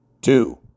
Two